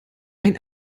ein